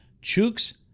Chooks